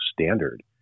standard